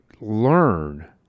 learn